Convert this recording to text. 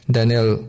Daniel